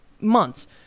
months